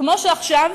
כמו שעכשיו,